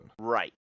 Right